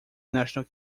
national